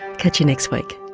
catch you next week